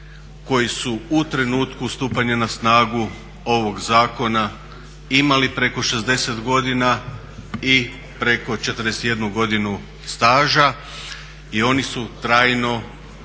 koji su u trenutku stupanja na snagu ovog zakona imali preko 60 godina i preko 41 godinu staža i oni su trajno